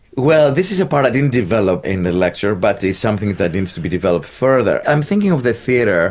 well, this is a part i didn't develop in the lecture, but it's something that needs to be developed further. i'm thinking of the theatre